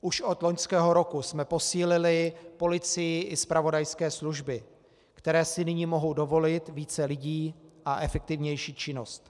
Už od loňského roku jsme posílili policii i zpravodajské služby, které si nyní mohou dovolit více lidí a efektivnější činnost.